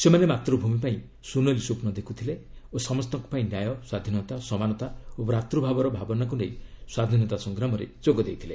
ସେମାନେ ମାତୃଭୂମି ପାଇଁ ସୁନେଲୀ ସ୍ୱପ୍ନ ଦେଖୁଥିଲେ ଓ ସମସ୍ତଙ୍କ ପାଇଁ ନ୍ୟାୟ ସ୍ୱାଧୀନତା ସମାନତା ଓ ଭ୍ରାତୃଭାବର ଭାବନାକୁ ନେଇ ସ୍ୱାଧୀନତା ସଂଗ୍ରାମରେ ଯୋଗ ଦେଇଥିଲେ